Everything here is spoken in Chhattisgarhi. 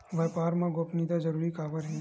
व्यापार मा गोपनीयता जरूरी काबर हे?